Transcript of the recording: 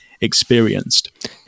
experienced